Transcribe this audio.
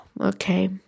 Okay